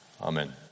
Amen